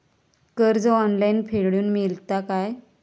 कर्ज ऑनलाइन फेडूक मेलता काय?